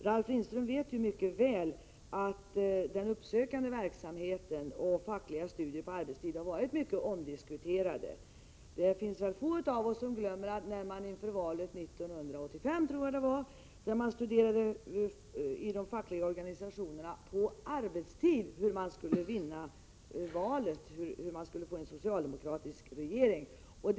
Ralf Lindström vet ju mycket väl att den uppsökande verksamheten och de fackliga studierna på arbetstid har varit mycket omdiskuterade. Det är väl få av oss som glömmer att man inför valet 1985 i de fackliga organisationerna på Prot. 1987/88:104 arbetstid diskuterade hur man skulle vinna valet — hur man skulle få en 20 april 1988 socialdemokratisk regering.